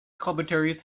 commentaries